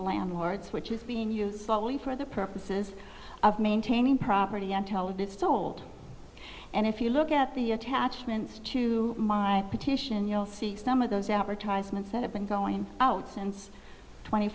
landlords which is being used solely for the purposes of maintaining property intelligence told and if you look at the attachments to my petition you'll see some of those advertisements that have been going out since twenty